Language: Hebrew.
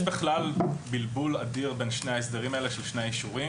יש בלבול אדיר בין שני ההסדרים האלה של שני האישורים.